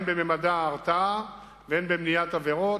הן בממדי ההרתעה והן במניעת עבירות,